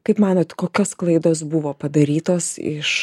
kaip manot kokios klaidos buvo padarytos iš